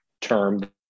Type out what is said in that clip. term